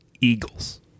Eagles